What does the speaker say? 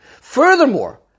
Furthermore